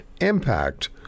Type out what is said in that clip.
impact